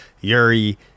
Yuri